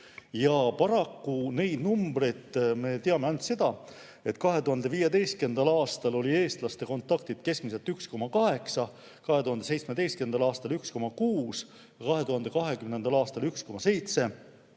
Paraku neist numbritest me teame ainult seda, et 2015. aastal oli eestlastel kontakte keskmiselt 1,8, 2017. aastal 1,6 ja 2020. aastal 1,7.